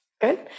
Good